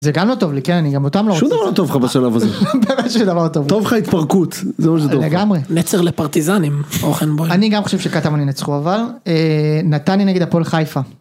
זה גם לא טוב לי כן? אני גם אותם לא רוצה... שום דבר לא טוב לך בשלב הזה, טוב לך התפרקות זה מה שטוב לך לגמרי נצר לפרטיזנים הוכנבוים אני גם חושב שקטמון ינצחו אבל נתניה נגד הפועל חיפה.